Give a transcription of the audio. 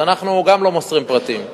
אז אנחנו גם לא מוסרים פרטים.